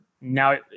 Now